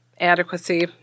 adequacy